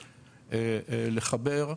לחבר,